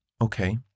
Okay